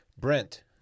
Brent